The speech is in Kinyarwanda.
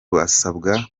basabwa